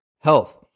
health